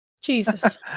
Jesus